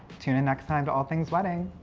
tune in next time to all things wedding.